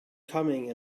coming